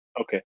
Okay